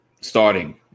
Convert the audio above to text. starting